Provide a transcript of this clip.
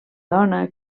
dona